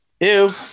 ew